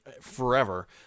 forever